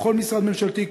וכל משרד ממשלתי,